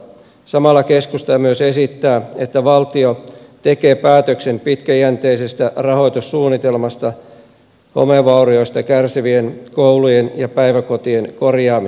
samalla keskusta myös esittää että valtio tekee päätöksen pitkäjänteisestä rahoitussuunnitelmasta homevaurioista kärsivien koulujen ja päiväkotien korjaamiseksi